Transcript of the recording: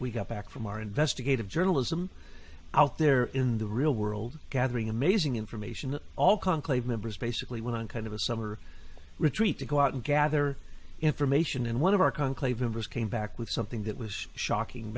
we got back from our investigative journalism out there in the real world gathering amazing information all conclave members basically went on kind of a summer retreat to go out and gather information and one of our conclave members came back with something that was shocking